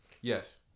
Yes